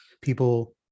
People